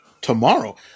tomorrow